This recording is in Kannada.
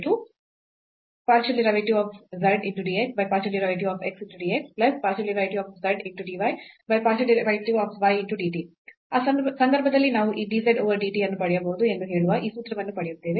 dz ∂ z dx ∂ z dy dt ∂ x dt ∂ y dt ಆ ಸಂದರ್ಭದಲ್ಲಿ ನಾವು ಈ dz ಓವರ್ dt ಅನ್ನು ಪಡೆಯಬಹುದು ಎಂದು ಹೇಳುವ ಈ ಸೂತ್ರವನ್ನು ಪಡೆಯುತ್ತೇವೆ